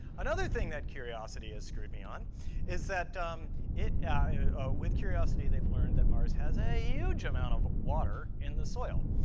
another thing that curiosity has screwed me on is that with curiosity, they've learned that mars has a huge amount of water in the soil.